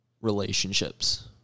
relationships